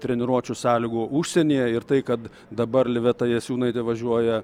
treniruočių sąlygų užsienyje ir tai kad dabar liveta jasiūnaitė važiuoja